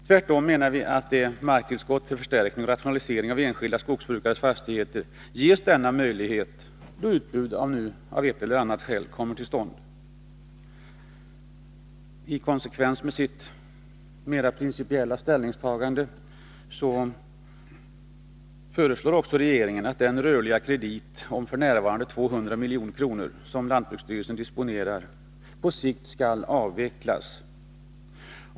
Tvärtom menar vi att enskilda skogsbrukare skall ges möjlighet till marktillskott för förstärkning och rationalisering av sina fastigheter, då utbud av ett eller annat skäl kommer till stånd. I konsekvens med sitt mera principiella ställningstagande föreslår också regeringen att den rörliga kredit om f.n. 200 milj.kr. som lantbruksstyrelsen disponerar på sikt skall avvecklas.